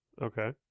Okay